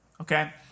okay